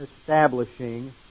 establishing